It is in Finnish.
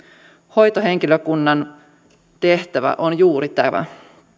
hoitohenkilökunnan tehtävä on juuri tämä